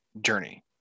journey